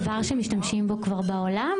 זה דבר שמשתמשים בו כבר בעולם?